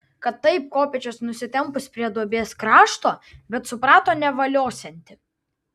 kad taip kopėčias nusitempus prie duobės krašto bet suprato nevaliosianti